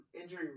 injury